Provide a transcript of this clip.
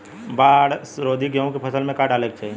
बाढ़ रोधी गेहूँ के फसल में का डाले के चाही?